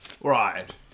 right